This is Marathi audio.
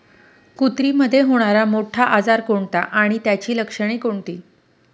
कुत्रीमध्ये होणारा मोठा आजार कोणता आणि त्याची लक्षणे कोणती?